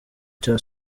cya